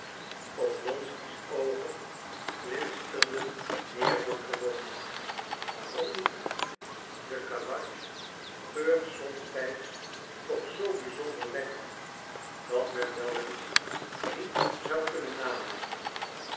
oblonsky's oogen glinsterden meer dan gewoonlijk waarom niet de kalatsch geurt somtijds toch zoo bizonder lekker dat men wel eens niet zou kunnen nalaten